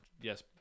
yes